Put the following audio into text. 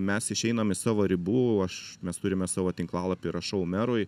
mes išeinam iš savo ribų aš mes turime savo tinklalapį rašau merui